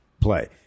play